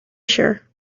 sure